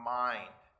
mind